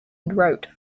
wrote